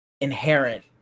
inherent